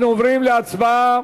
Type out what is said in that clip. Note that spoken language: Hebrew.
אנחנו עוברים להצבעה.